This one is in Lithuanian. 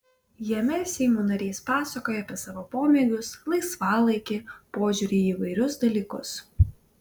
jame seimo narys pasakoja apie savo pomėgius laisvalaikį požiūrį į įvairius dalykus